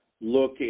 look